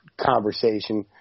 conversation